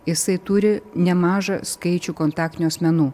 jisai turi nemažą skaičių kontaktinių asmenų